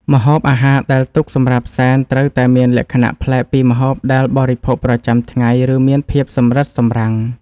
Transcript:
ម្ហូបអាហារដែលទុកសម្រាប់សែនត្រូវតែមានលក្ខណៈប្លែកពីម្ហូបដែលបរិភោគប្រចាំថ្ងៃ ឬមានភាពសម្រិតសម្រាំង។